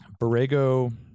Borrego